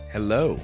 Hello